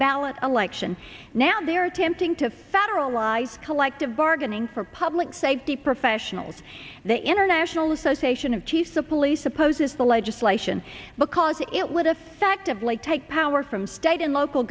ballot election now they're attempting to federalize collective bargaining for public safety professionals the international association of chiefs of police opposes the legislation because it would effectively take power from state and local